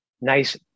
nice